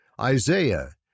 Isaiah